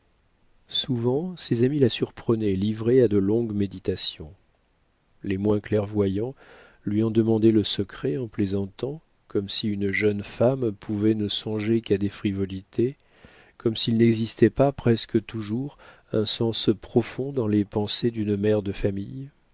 souvent ses amis la surprenaient livrée à de longues méditations les moins clairvoyants lui en demandaient le secret en plaisantant comme si une jeune femme pouvait ne songer qu'à des frivolités comme s'il n'existait pas presque toujours un sens profond dans les pensées d'une mère de famille